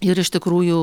ir iš tikrųjų